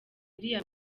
iriya